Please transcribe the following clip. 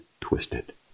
twisted